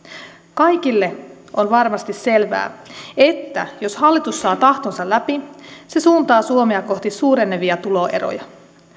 kaikille on varmasti selvää että jos hallitus saa tahtonsa läpi niin se suuntaa suomea kohti suurenevia tuloeroja